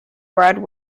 brad